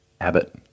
Abbott